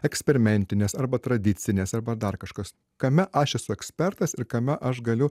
eksperimentines arba tradicines arba dar kažkas kame aš esu ekspertas ir kame aš galiu